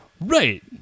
Right